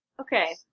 Okay